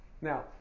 Now